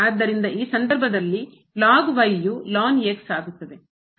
ಆದ್ದರಿಂದ ಆಗುತ್ತದೆ